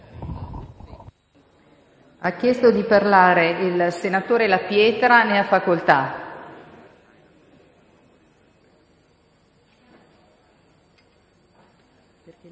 iscritto a parlare il senatore La Pietra. Ne ha facoltà.